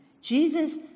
Jesus